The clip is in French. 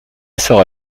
sera